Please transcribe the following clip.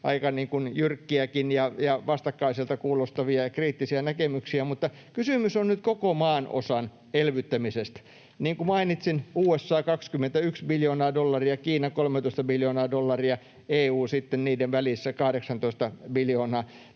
aika jyrkkiäkin ja vastakkaisilta kuulostavia ja kriittisiä näkemyksiä, mutta kysymys on nyt koko maanosan elvyttämisestä. Niin kuin mainitsin, USA 21 biljoonaa dollaria, Kiina 13 biljoonaa dollaria, EU sitten niiden välissä, 18 biljoonaa